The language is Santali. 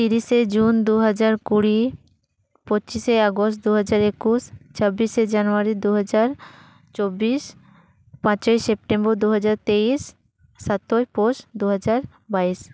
ᱛᱤᱨᱤᱥᱮ ᱡᱩᱱ ᱫᱩᱦᱟᱡᱟᱨ ᱠᱩᱲᱤ ᱯᱚᱸᱪᱤᱥᱮ ᱟᱜᱚᱥᱴ ᱫᱩᱦᱟᱡᱟᱨ ᱮᱠᱩᱥ ᱪᱷᱟᱵᱤᱥᱮ ᱡᱟᱱᱩᱭᱟᱣᱟᱨᱤ ᱫᱩᱦᱟᱡᱨ ᱪᱚᱵᱽᱵᱤᱥ ᱯᱟᱪᱮᱭ ᱥᱮᱯᱴᱮᱢᱵᱚᱨ ᱫᱩᱦᱟᱡᱟᱨ ᱛᱮᱭᱤᱥ ᱥᱟᱛᱳᱭ ᱯᱳᱥ ᱫᱩᱦᱟᱡᱟᱨ ᱵᱟᱭᱤᱥ